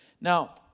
Now